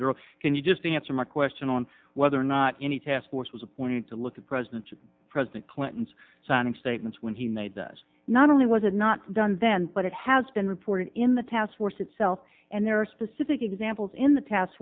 better can you just answer my question on whether or not any task force was appointed to look the president to president clinton's signing statements when he made this not only was it not done then but it has been reported in the task force itself and there are specific examples in the pas